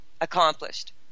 accomplished